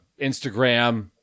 Instagram